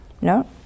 No